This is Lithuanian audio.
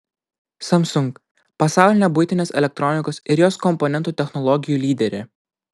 samsung pasaulinė buitinės elektronikos ir jos komponentų technologijų lyderė